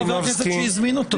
יש חבר כנסת שהזמין אותו.